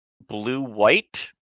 blue-white